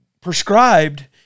prescribed